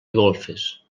golfes